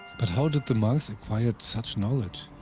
but how did the monks acquired such knowledge?